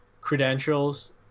credentials